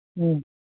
ہوں